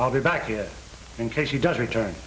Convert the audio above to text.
i'll be back here in case he does return